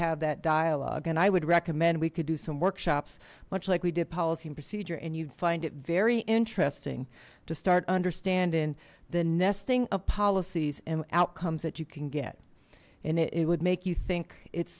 have that dialogue and i would recommend we could do some workshops much like we did policy and procedure and you'd find it very interesting to start understanding the nesting of policies and outcomes that you can get and it would make you think it's